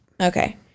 Okay